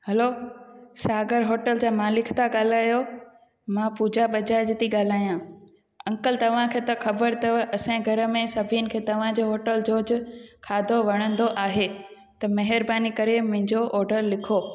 हलो Sagar hotel जा मालिक था ॻाल्हायो मां पूजा बजाज थी ॻाल्हायां अंकल तव्हांखे त ख़बर अथव असांजे घर में सभिनी खे तव्हांजो होटल जो खाधो वणंदो आहे त महिरबानी करे मुंहिंजो ऑडर लिखो